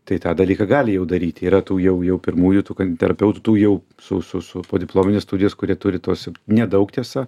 tai tą dalyką gali jau daryti yra tų jau jau pirmųjų tų terapeutų tų jau su su su podiplomines studijas kurie turi tos nedaug tiesa